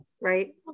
Right